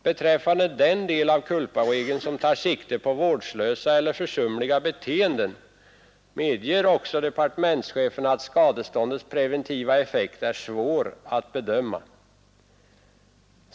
Beträffande den del av culparegeln, som tar sikte på vårdslösa eller försumliga beteenden, medger också departementschefen att skadeståndets preventiva effekt är svår att bedöma.